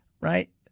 right